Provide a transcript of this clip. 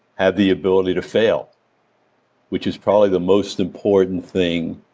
have the ability to fail which is probably the most important thing,